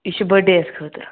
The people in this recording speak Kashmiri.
یہِ چھُ بٔرتھ ڈے یَس خٲطرٕ